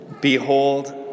Behold